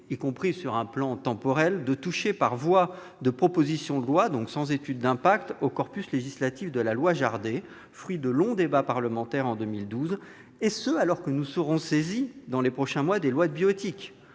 y compris sur le plan temporel, de toucher par voie de proposition de loi, donc sans étude impact, au corpus législatif issu de la loi Jardé, fruit de longs débats parlementaires en 2012, et ce alors que nous serons saisis dans les prochains mois d'une loi de bioéthique,